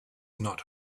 not